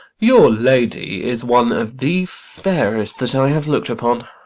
your lady is one of the fairest that i have look'd upon.